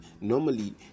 normally